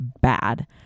bad